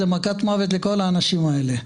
זה מכת מוות לכל האנשים האלה.